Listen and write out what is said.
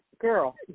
Girl